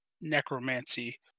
necromancy